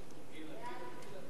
פקודת מס הכנסה (הטבות מס לעניין תאגידי